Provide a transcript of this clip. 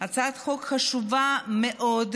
הצעת חוק חשובה מאוד,